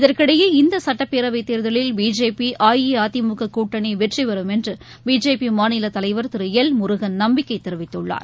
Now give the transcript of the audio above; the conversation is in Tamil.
இதற்கிஎடயே இந்த சட்டப்பேரவைத் தேர்தலில் பிஜேபி அஇஅதிமுக கூட்டனி வெற்றிபெறும் என்று பிஜேபி மாநில தலைவர் திரு எல் முருகன் நம்பிக்கை தெரிவித்துள்ளார்